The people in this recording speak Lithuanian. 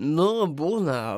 nu būna